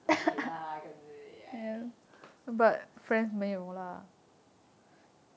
ya lah